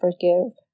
forgive